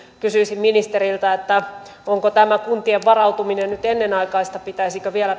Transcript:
kysyisin ministeriltä onko tämä kuntien varautuminen nyt ennenaikaista pitäisikö vielä